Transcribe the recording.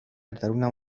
درونم